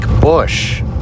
bush